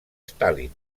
stalin